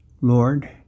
Lord